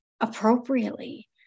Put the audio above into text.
appropriately